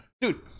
Dude